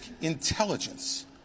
intelligence